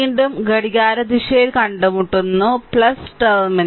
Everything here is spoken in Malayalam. വീണ്ടും ഘടികാരദിശയിൽ കണ്ടുമുട്ടുന്നു ടെർമിനൽ